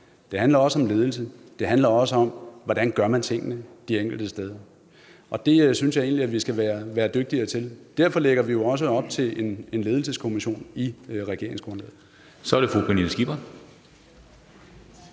Det handler også om ledelse, det handler også om, hvordan man gør tingene de enkelte steder, og det synes jeg egentlig vi skal være dygtigere til. Derfor lægger vi jo også op til en ledelseskommission i regeringsgrundlaget.